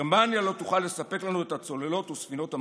גרמניה לא תוכל לספק לנו את הצוללות וספינות המגן.